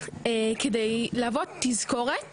כדי להוות תזכורת